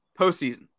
postseason